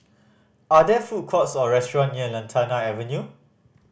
are there food courts or restaurant near Lantana Avenue